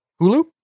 Hulu